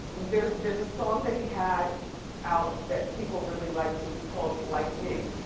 there's there's a song that he had out that people really liked, it's called like me.